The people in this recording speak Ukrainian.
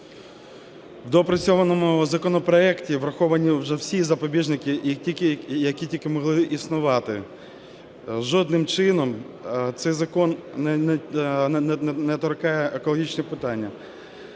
В доопрацьованому законопроекті враховані вже всі запобіжники, які тільки могли існувати. Жодним чином цей закон не торкає екологічні питання.